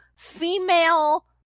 female